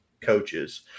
coaches